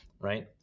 right